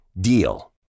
DEAL